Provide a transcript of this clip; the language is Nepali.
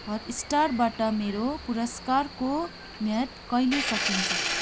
हटस्टारबाट मेरो पुरस्कारको म्याद कहिले सकिन्छ